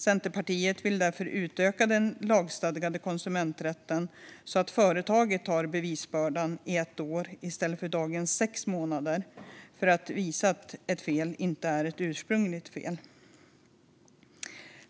Centerpartiet vill därför utöka den lagstadgade konsumenträtten så att företag har bevisbördan i ett år i stället för dagens sex månader för att visa att ett fel inte är ett ursprungligt fel.